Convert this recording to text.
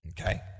Okay